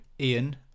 Ian